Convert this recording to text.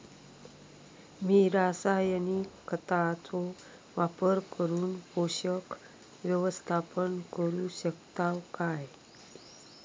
मी रासायनिक खतांचो वापर करून पोषक व्यवस्थापन करू शकताव काय?